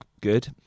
good